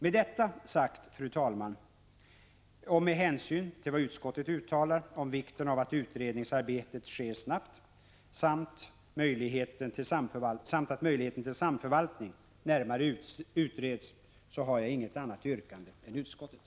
Med detta sagt, fru talman, och med hänvisning till vad utskottet har uttalat om vikten av att utredningsarbetet sker snabbt samt att möjligheten till samförvaltning närmare utreds, har jag inget annat yrkande än utskottet.